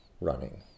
running